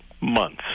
months